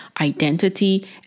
identity